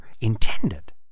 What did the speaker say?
intended